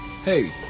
Hey